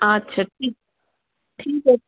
ଆଚ୍ଛା କି ଠିକ୍ ଅଛି